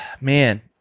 man